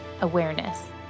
awareness